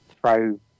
throw